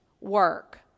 work